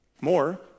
More